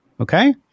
okay